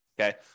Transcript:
okay